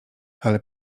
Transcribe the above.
ale